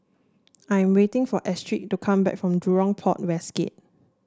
I am waiting for Astrid to come back from Jurong Port West Gate